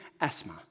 asthma